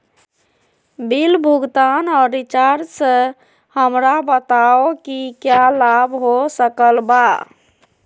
Bill भुगतान और recharge से हमरा बताओ कि क्या लाभ हो सकल बा?